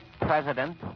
president